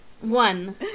One